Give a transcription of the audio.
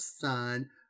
son